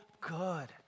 good